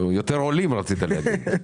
רצית להגיד: